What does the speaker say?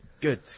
Good